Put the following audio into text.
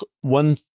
one